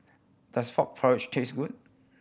does frog porridge taste good